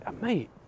Mate